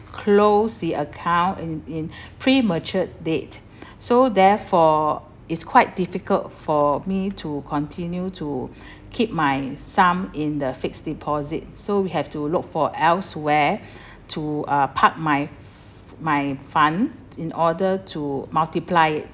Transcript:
close the account in in premature date so therefore it's quite difficult for me to continue to keep my sum in the fixed deposit so we have to look for elsewhere to uh park my my f~ my fund in order to multiply it